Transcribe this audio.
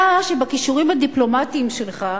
אתה, שבכישורים הדיפלומטיים שלך,